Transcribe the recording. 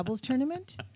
tournament